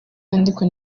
yandikwa